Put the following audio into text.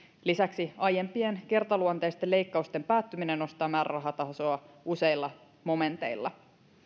lisäksi aiempien kertaluonteisten leikkausten päättyminen nostaa määrärahatasoa useilla momenteilla